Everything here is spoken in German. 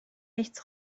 nichts